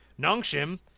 Nongshim